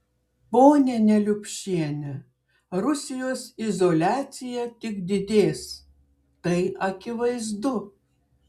ponia neliupšiene rusijos izoliacija tik didės tai akivaizdu